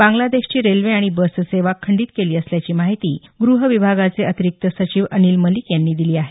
बांग्लादेशची railway आणि bus सेवा खंडीत केली असल्याची माहिती ग्रहविभागाचे अतिरिक्त सचिव अनिल मलीक यांनी दिली आहे